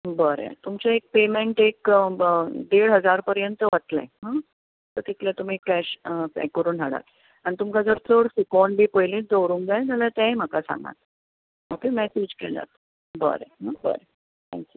बरें तुमचें एक पेयमेंट एक देड हजार पर्यंत वतलें हां सो तितले तुमी कॅश हें करून हाडात आनी तुमका जर सुकोवन बी पयलींच दवरूंक जाय जाल्यार तेंय म्हाका सांगात ऑके मागीर यूज केल्यार जाता बरें बरें थँक्यू